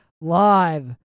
live